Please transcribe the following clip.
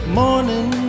morning